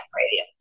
radio